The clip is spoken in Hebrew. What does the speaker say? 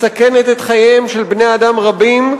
מסכנת את חייהם של בני-אדם רבים,